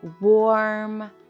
warm